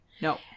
no